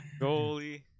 goalie